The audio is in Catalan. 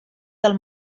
del